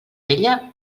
vella